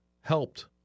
helped